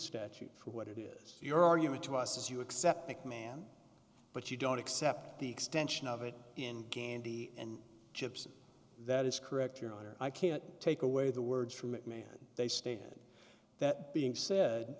statute for what it is your argument to us is you accept that ma'am but you don't accept the extension of it in candy and chips that is correct your honor i can't take away the words from that man they stand that being said